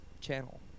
channel